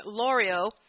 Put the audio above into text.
Lorio